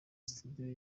studio